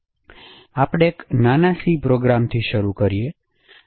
તેથી આપણે એક નાના સી પ્રોગ્રામ થી શરૂ કરીયે